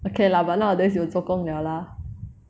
okay lah but nowadays 有做工 liao lah